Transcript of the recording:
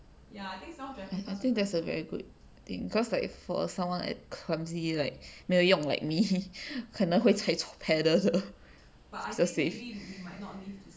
I think that's a very good thing cause like for a someone like clumsy like 没有用 like me 可能会拆错 paddled 的 just safe